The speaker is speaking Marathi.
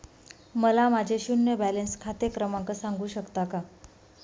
मला माझे शून्य बॅलन्स खाते क्रमांक सांगू शकता का?